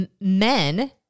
Men